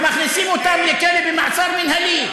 ומכניסים אותם לכלא במעצר מינהלי,